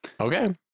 Okay